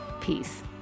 Peace